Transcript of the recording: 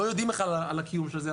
לא יודעים בכלל על הקיום של זה.